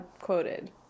quoted